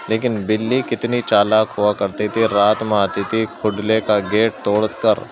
لیکن بلّی کتنی چالاک ہوا کرتی تھی رات میں آتی تھی کھڈلے کا گیٹ توڑ کر